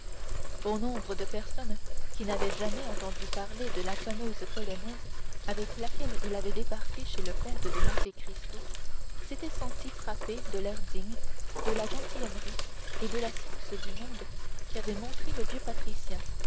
bon nombre de personnes qui n'avaient jamais entendu parler de la fameuse polonaise avec laquelle il avait débarqué chez le comte de monte cristo s'étaient senties frappées de l'air digne de la gentilhommerie et de la science du monde qu'avait montrés le vieux patricien